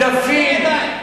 אנחנו הנרדפים,